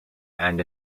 and